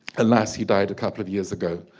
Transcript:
alas he died a couple of years ago